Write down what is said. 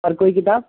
اور کوئی کتاب